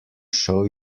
show